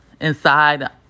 inside